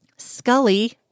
Scully